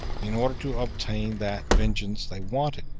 in order to obtain that vengeance they wanted.